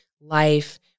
life